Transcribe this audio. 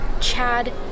Chad